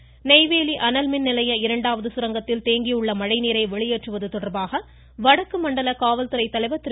இதனிடையே நெய்வேலி அனல்மின் நிலைய இரண்டாவது சுரங்கத்தில் தேங்கியுள்ள மழைநீரை வெளியேற்றுவது தொடர்பாக வடக்கு மண்டல காவல்துறை தலைவர் திரு